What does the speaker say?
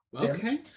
Okay